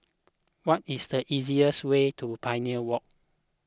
what is the easiest way to Pioneer Walk